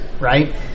right